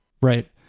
Right